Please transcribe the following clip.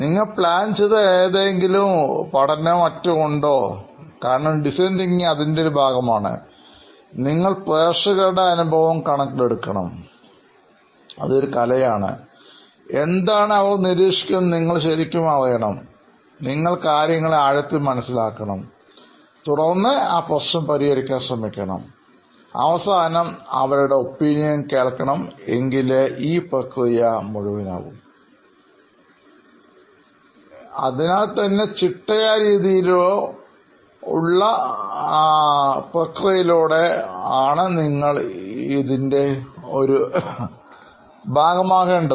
നിങ്ങൾ ആസൂത്രിതമായി ചെയ്ത ഏതെങ്കിലും പഠനമോ മറ്റോ ഉണ്ടോ കാരണം ഡിസൈൻ തിങ്കിങ് അതിൻറെ ഒരു ഭാഗമാണ് നിങ്ങൾ പ്രേക്ഷകരുടെ അനുഭവം കണക്കിലെടുക്കണം അതിനാൽ ഇതൊരു കലയാണ്എന്താണ് അവർ നിരീക്ഷിക്കുന്നത് എന്ന് നിങ്ങൾ ശരിക്കും അറിയണം നിങ്ങൾ കാര്യങ്ങളെ ആഴത്തിൽ മനസ്സിലാക്കണം തുടർന്ന് ആ പ്രശ്നം പരിഹരിക്കാൻ ശ്രമിക്കണം അവസാനം അവരുടെ അഭിപ്രായം അറിയണം എങ്കിലേ ഈ പ്രക്രിയ പൂർത്തിയാകൂ അതിനാൽ എന്നാൽ ചിട്ടയായ രീതിയിലോ പ്രക്രിയയിലൂടെയോ നിങ്ങൾ ഇതിൻറെ ഭാഗമായി മുമ്പ് എന്തെങ്കിലും പരിശ്രമിച്ചിട്ടുണ്ടോ